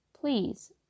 please